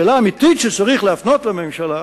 השאלה האמיתית שצריך להפנות אל ממשלה